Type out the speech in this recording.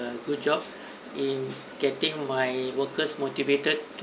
~a good job in getting my workers motivated